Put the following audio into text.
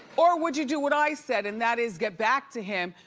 or would you do what i said and that is get back to him?